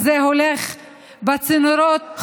אז זה הולך בצינורות בין 2 ל-3,